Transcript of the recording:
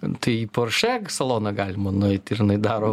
tai į porše saloną galima nueiti ir jinai daro